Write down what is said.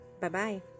Bye-bye